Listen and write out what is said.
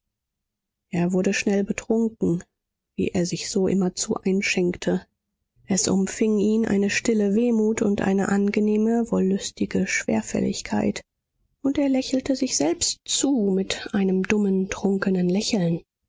er wurde schnell betrunken wie er sich so immerzu einschenkte es umfing ihn eine stille wehmut und eine angenehme wollüstige schwerfälligkeit und er lächelte sich selbst zu mit einem dummen trunkenen lächeln